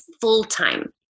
full-time